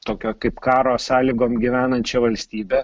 tokia kaip karo sąlygom gyvenančia valstybe